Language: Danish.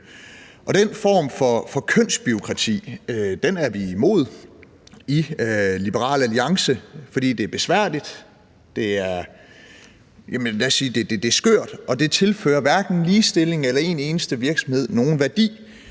Den form for kønsbureaukrati er vi imod i Liberal Alliance, fordi det er besværligt og det er skørt og det hverken tilfører ligestilling eller en eneste virksomhed nogen værdi.